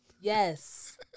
Yes